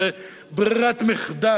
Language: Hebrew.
זו ברירת מחדל.